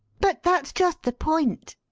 but that's just the point,